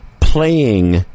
playing